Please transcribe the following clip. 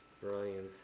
brilliant